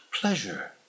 pleasure